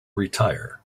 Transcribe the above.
retire